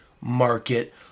market